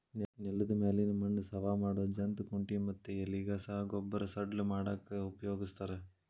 ನೆಲದ ಮ್ಯಾಲಿನ ಮಣ್ಣ ಸವಾ ಮಾಡೋ ಜಂತ್ ಕುಂಟಿ ಮತ್ತ ಎಲಿಗಸಾ ಗೊಬ್ಬರ ಸಡ್ಲ ಮಾಡಾಕ ಉಪಯೋಗಸ್ತಾರ